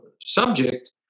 subject